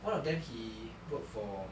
one of them he wrote for